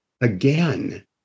again